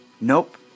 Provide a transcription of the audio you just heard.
nope